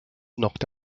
knocked